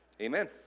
Amen